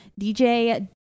DJ